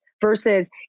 versus